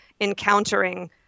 encountering